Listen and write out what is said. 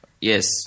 yes